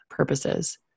purposes